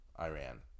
Iran